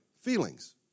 Feelings